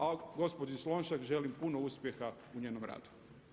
A gospođi Slonjšak želim puno uspjeha u njenom radu.